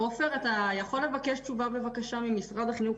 עפר אתה יכול לבקש תשוב ממשרד החינוך